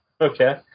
Okay